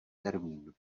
termín